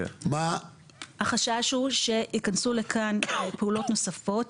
החשש הוא שיכנסו לכאן פעולות נוספות,